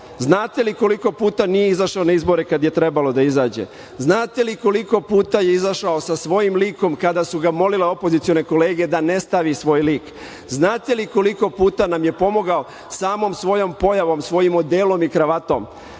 Znate li koliko puta nije izašao na izbore kad je trebalo da izađe? Znate li koliko puta je izašao sa svojim likom kada su ga molile opozicione kolege da ne stavi svoj lik? Znate li koliko puta nam je pomogao samom svojom pojavom, svojim odelom i kravatom?